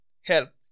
help